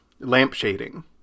lampshading